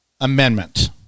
amendment